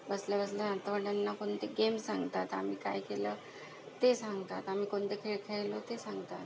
बसल्याबसल्या नातवंडांना पण ते गेम सांगतात आम्ही काय केलं ते सांगतात आम्ही कोणते खेळ खेळलो ते सांगतात